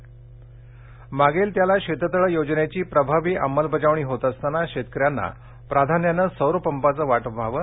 कृषी विकास मागेल त्याला शेततळे योजनेची प्रभावी अंमलबजावणी होत असताना शेतकऱ्यांना प्राधान्याने सौरपंपाचे वाटप व्हावे